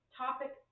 topic